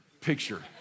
picture